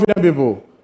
people